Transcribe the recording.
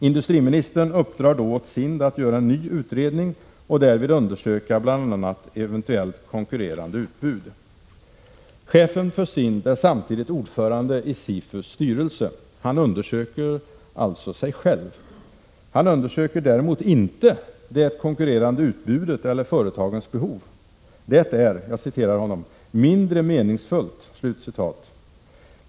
Industriministern uppdrog då åt SIND att göra en ny utredning och att därvid undersöka bl.a. eventuellt konkurrerande utbud. Chefen för SIND är samtidigt ordförande i SIFU:s styrelse. Han undersökte alltså sig själv. Han undersökte däremot inte det konkurrerande utbudet eller företagens behov. Det var ”mindre meningsfullt” , sade han.